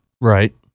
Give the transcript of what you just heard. Right